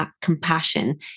compassion